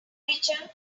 richard